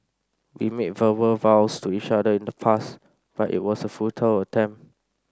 we made verbal vows to each other in the past but it was a futile attempt